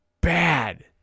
bad